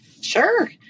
Sure